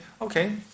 okay